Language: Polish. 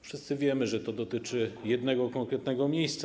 Wszyscy wiemy, że to dotyczy jednego, konkretnego miejsca.